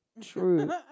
True